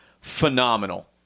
Phenomenal